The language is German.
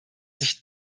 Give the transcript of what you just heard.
sich